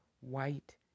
white